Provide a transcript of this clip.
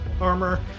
armor